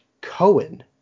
Cohen